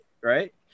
Right